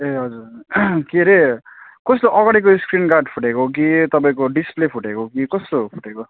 ए हजुर हजुर के अरे कस्तो अगाडिको स्क्रिन गार्ड फुटेको हो कि तपाईँको डिसप्ले फुटेको हो कि कस्तो हो फुटेको